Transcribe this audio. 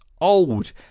old